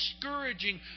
discouraging